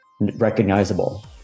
recognizable